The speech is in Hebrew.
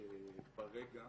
שברגע